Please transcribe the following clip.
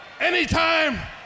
anytime